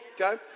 okay